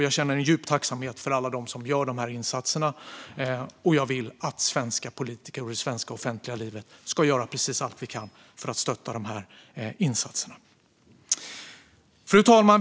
Jag känner en djup tacksamhet mot alla dem som gör dessa insatser, och jag vill att vi svenska politiker och det svenska offentliga livet ska göra precis allt vi kan för att stötta dessa insatser. Fru talman!